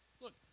Look